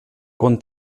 con